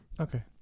Okay